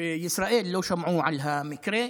בישראל לא שמעו על המקרה.